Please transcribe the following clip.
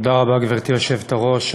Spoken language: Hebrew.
גברתי היושבת-ראש,